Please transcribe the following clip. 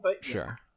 Sure